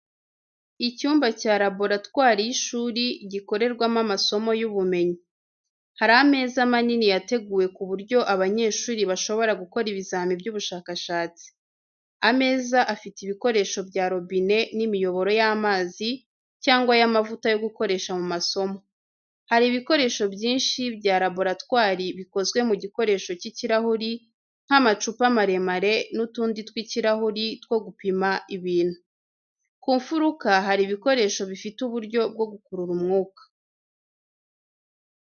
Icyumba cya laboratwari y’ishuri, gikorerwamo amasomo y’ubumenyi. Hari ameza manini yateguwe ku buryo abanyeshuri bashobora gukora ibizamini by’ubushakashatsi. Ameza afite ibikoresho bya robine n’imiyoboro y’amazi cyangwa y’amavuta yo gukoresha mu masomo. Hari ibikoresho byinshi bya raboratwari bikozwe mu gikoresho cy’ikirahuri nk’amacupa maremare n’utundi tw’ikirahuri two gupima ibintu. Ku mfuruka hari ibikoresho bifite uburyo bwo gukurura umwuka.